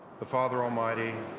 the father almighty,